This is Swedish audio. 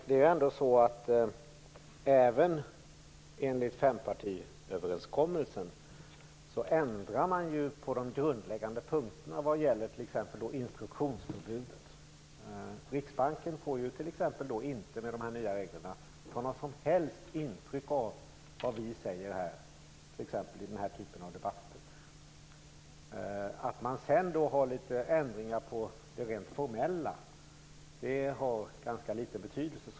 Fru talman! Även enligt fempartiöverenskommelsen ändrar man ju på grundläggande punkter när det gäller t.ex. instruktionsförbudet. Riksbanken får med de här nya reglerna t.ex. inte ta några som helst intryck av vad vi säger i exempelvis den här typen av debatter. Att man sedan har litet ändringar i fråga om det rent formella, har ganska liten betydelse.